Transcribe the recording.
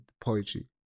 poetry